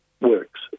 works